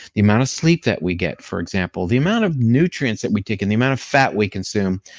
the amount of sleep that we get, for example. the amount of nutrients that we take in. the amount of fat we consume.